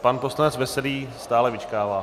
Pan poslanec Veselý stále vyčkává.